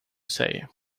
say